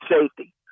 safety